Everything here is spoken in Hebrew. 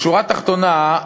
בשורה התחתונה,